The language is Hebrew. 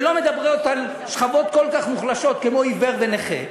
שלא מדברות על שכבות כל כך מוחלשות כמו עיוור ונכה,